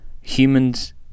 Humans